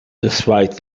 despite